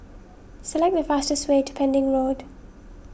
select the fastest way to Pending Road